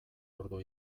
ordu